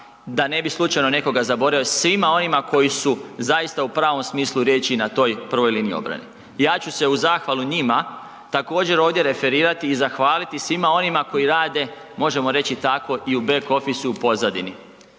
da ne bi slučajno nekog zaboravio, svima onima koji su zaista u pravom smislu riječi, na toj prvoj liniji obrane, ja ću se u zahvalu njima također ovdje referirati i zahvaliti svima onima koji rade možemo reći, tako i u back officeu, pozadini.